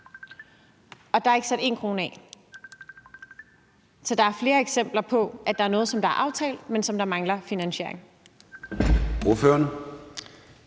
og der er ikke sat én krone af til det. Så der er flere eksempler på, at der er noget, der er aftalt, men som der mangler finansiering